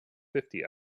fifty